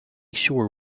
sure